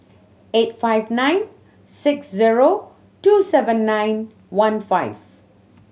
eight five nine six zero two seven nine one five